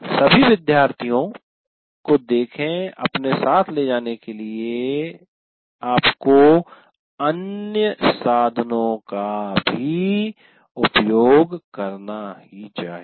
सभी विद्यार्थियों को अपने साथ ले जाने के लिए आपको अन्य साधनों का भी उपयोग करना चाहिए